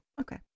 okay